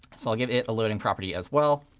so i'll give it a loading property as well.